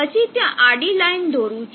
પછી ત્યાં આડી લાઈન દોરું છું